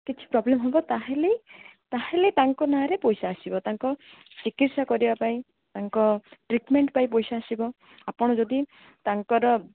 କିଛି ପ୍ରୋବ୍ଲେମ୍ ହେବ ତା'ହେଲେ ତା'ହେଲେ ତାଙ୍କ ନାଁରେ ପଇସା ଆସିବ ତାଙ୍କ ଚିକିତ୍ସା କରିବା ପାଇଁ ତାଙ୍କ ଟ୍ରିଟମେଣ୍ଟ୍ ପାଇଁ ପଇସା ଆସିବ ଆପଣ ଯଦି ତାଙ୍କର